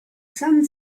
son